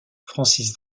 francis